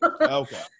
Okay